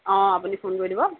অঁ আপুনি ফোন কৰি দিব